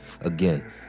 Again